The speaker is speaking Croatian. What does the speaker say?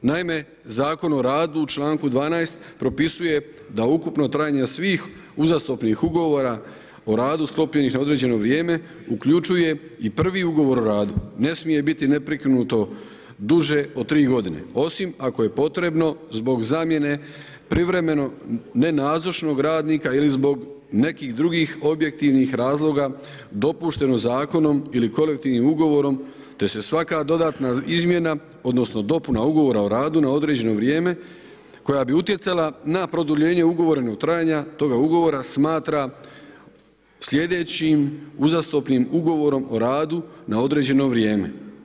Naime, Zakon o radu u članku 12. propisuje da ukupno trajanje svih uzastopnih ugovora o radu sklopljenih na određeno vrijeme uključuje i prvi ugovor o radu, ne smije biti neprekinuto duže od tri godine, osim ako je potrebno zbog zamjene privremeno ne nazočnog radnika ili zbog nekih drugih objektivnih razloga dopušteno zakonom ili kolektivnim ugovorom te se svaka dodatna izmjena odnosno dopuna ugovora o radu na određeno vrijeme koje bi utjecala na produljenje ugovorenog trajanja toga ugovora smatra sljedećim uzastopnim ugovorom o radu na određeno vrijeme.